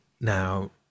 now